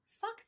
fuck